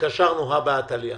שקשרנו זה בזה, הא בהא תליא.